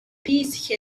peace